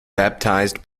baptized